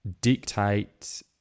dictate